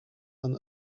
and